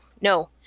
no